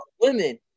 women